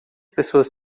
pessoas